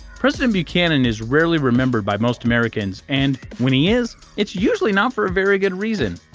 president buchanan is rarely remembered by most americans, and when he is, it's usually not for a very good reason.